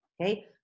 okay